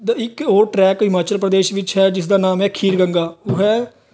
ਦ ਇੱਕ ਹੋਰ ਟਰੈਕ ਹਿਮਾਚਲ ਪ੍ਰਦੇਸ਼ ਵਿੱਚ ਹੈ ਜਿਸ ਦਾ ਨਾਮ ਹੈ ਖੀਰ ਗੰਗਾ ਉਹ ਹੈ